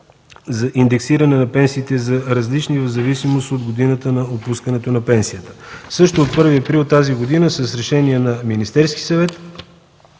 за индексиране на пенсиите са различни в зависимост от годината на отпускането на пенсията. Също от 1 април тази година с Решение на Министерския съвет